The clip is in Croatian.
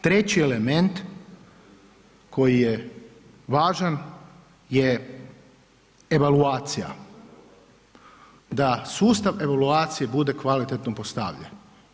Treći element koji je važan je evaluacija, da sustav evaluacije bude kvalitetno postavljen.